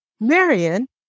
Marion